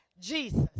Jesus